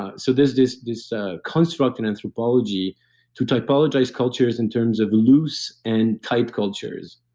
ah so there's this this ah construct and anthropology to typologize cultures in terms of loose and tight cultures.